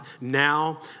now